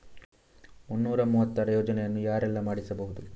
ಮುನ್ನೂರ ಮೂವತ್ತರ ಯೋಜನೆಯನ್ನು ಯಾರೆಲ್ಲ ಮಾಡಿಸಬಹುದು?